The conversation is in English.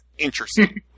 interesting